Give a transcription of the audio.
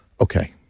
Okay